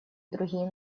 другие